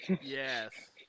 Yes